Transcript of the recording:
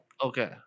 okay